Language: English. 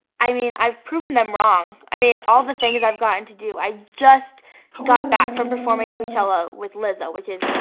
i mean i've proven them wrong. i mean all the things i've gotten to do. i just got back from performing at coachella with lizzo which is.